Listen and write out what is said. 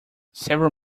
several